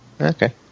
Okay